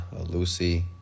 Lucy